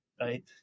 Right